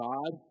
God